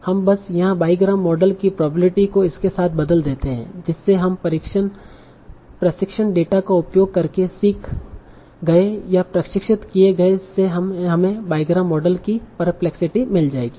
हम बस यहाँ बाईग्राम मॉडल की प्रोबेबिलिटी को इसके साथ बदल देते हैं जिससे हम प्रशिक्षण डेटा का उपयोग करके सिख गए या प्रशिक्षित किए गए से हमें बाईग्राम मॉडल की परप्लेक्सिटी मिल जाएगी